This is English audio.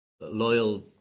loyal